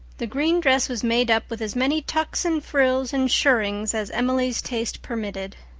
the green dress was made up with as many tucks and frills and shirrings as emily's taste permitted.